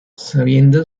sabiendo